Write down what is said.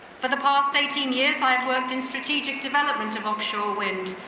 for the past eighteen years i've worked in strategic development of offshore wind.